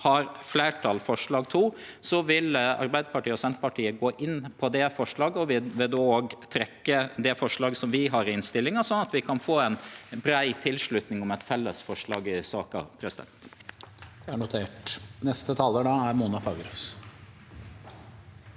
har fleirtal, forslag nr. 2, vil Arbeidarpartiet og Senterpartiet gå inn for det forslaget, og vil då òg trekkje det forslaget vi har i innstillinga, slik at vi kan få ei brei tilslutning om eit felles forslag i saka. Mona